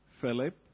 Philip